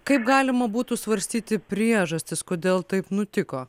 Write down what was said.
kaip galima būtų svarstyti priežastis kodėl taip nutiko